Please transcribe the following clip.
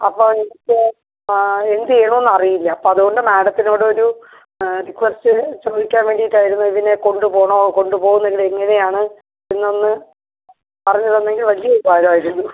അപ്പോൾ എനിക്ക് ആ എന്ത് ചെയ്യണമെന്നറീല്ല അപ്പോൾ അതുകൊണ്ട് മാഡത്തിനോട് ഒരു റിക്വസ്റ്റ് ചോദിക്കാൻ വേണ്ടീട്ടായിരുന്നു ഇവനെ കൊണ്ട് പോണോ കൊണ്ട് പോവുന്നത് എങ്ങനെ ആണ് എന്നൊന്ന് പറഞ്ഞ് തന്നെങ്കിൽ വലിയ ഉപകാരം ആയിരുന്നു